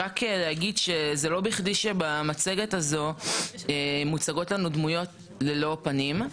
רק להגיד שלא בכדי שבמצגת הזו מוצגות לנו דמויות ללא פנים,